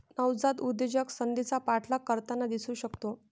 नवजात उद्योजक संधीचा पाठलाग करताना दिसू शकतो